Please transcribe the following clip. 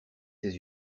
ses